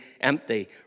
empty